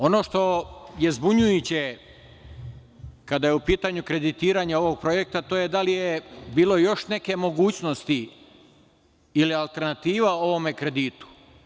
Ono što je zbunjujuće kada je u pitanju kreditiranje ovog projekta, to je da li je bilo još neke mogućnosti ili alternativa ovom kreditu.